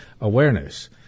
awareness